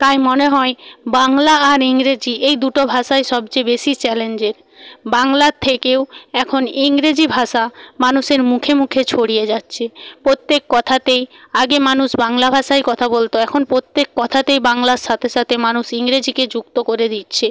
তাই মনে হয় বাংলা আর ইংরেজি এই দুটো ভাষাই সবচেয়ে বেশি চ্যালেঞ্জের বাংলার থেকেও এখন ইংরেজি ভাষা মানুষের মুখে মুখে ছড়িয়ে যাচ্ছে প্রত্যেক কথাতেই আগে মানুষ বাংলা ভাষায় কথা বলতো এখন প্রত্যেক কথাতেই বাংলার সাথে সাথে মানুষ ইংরেজিকে যুক্ত করে দিচ্ছে